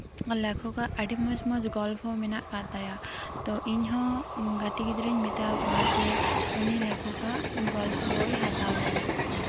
ᱞᱮᱠᱷᱚᱠᱟᱜ ᱟᱹᱰᱤ ᱢᱚᱸᱡᱽᱼᱢᱚᱸᱡᱽ ᱜᱚᱞᱯᱚ ᱢᱮᱱᱟᱜ ᱟᱠᱟᱫ ᱛᱟᱭᱟ ᱛᱚ ᱤᱧ ᱦᱚᱸ ᱜᱟᱛᱮ ᱜᱤᱫᱽᱨᱟᱹᱧ ᱢᱮᱛᱟᱣᱟᱠᱚᱣᱟ ᱡᱮ ᱩᱱᱤ ᱞᱮᱠᱷᱚᱠᱟᱜ ᱜᱚᱞᱯᱚ ᱵᱳᱭ ᱦᱟᱛᱟᱣ ᱞᱟᱹᱜᱤᱫ